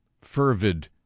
fervid